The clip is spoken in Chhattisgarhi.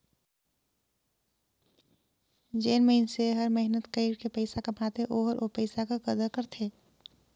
जेन मइनसे हर मेहनत कइर के पइसा कमाथे ओहर ओ पइसा कर कदर करथे